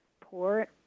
poor